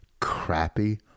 crappy